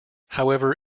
however